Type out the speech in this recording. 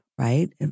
Right